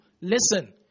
listen